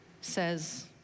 says